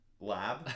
lab